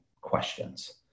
questions